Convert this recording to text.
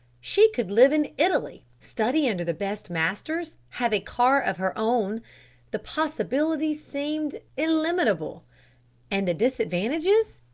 she could live in italy, study under the best masters, have a car of her own the possibilities seemed illimitable and the disadvantages?